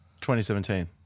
2017